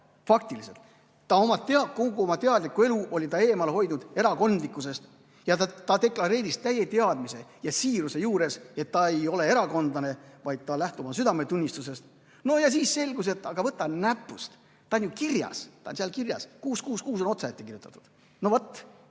faktiliselt. Ta oli kogu oma teadliku elu eemale hoidnud erakondlikkusest ning ta deklareeris täie teadmise ja siiruse juures, et ta ei ole erakondlane, vaid ta lähtub oma südametunnistusest. No ja siis selgus, et aga võta näpust, ta on ju kirjas! Ta on seal kirjas, 666 on otsaette kirjutatud. No vot,